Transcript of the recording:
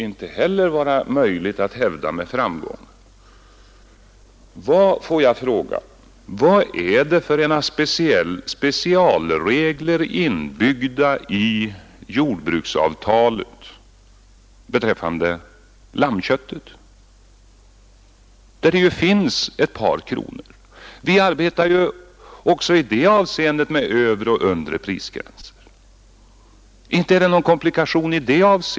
Får jag fråga: Vad är det för specialregler inbyggda i jordbruksavtalet beträffande lammköttet? Där finns det ju ett statligt tillskott på ett par kronor, och även där har vi en övre och en undre prisgräns. Inte innebär det några komplikationer i det fallet!